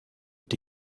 est